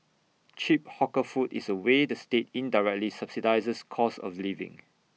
cheap hawker food is A way the state indirectly subsidises cost of living